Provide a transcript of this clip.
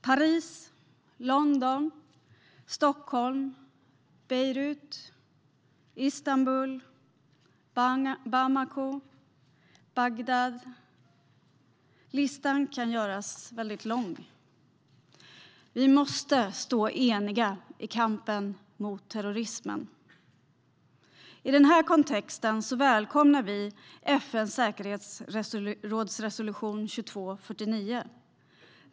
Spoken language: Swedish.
Paris, London, Stockholm, Beirut, Istanbul, Bamako, Bagdad - listan kan göras lång. Vi måste stå eniga i kampen mot terrorismen. I den här kontexten välkomnar vi FN:s säkerhetsråds resolution 2249.